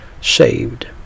saved